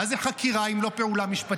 מה זה חקירה, אם לא פעולה משפטית?